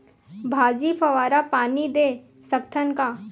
भाजी फवारा पानी दे सकथन का?